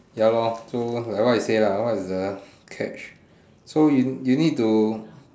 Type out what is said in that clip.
ya lor so like what you say lah what's the catch so you need to